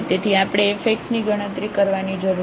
તેથી આપણે fx ની ગણતરી કરવાની જરૂર છે